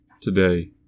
today